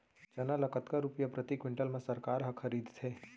चना ल कतका रुपिया प्रति क्विंटल म सरकार ह खरीदथे?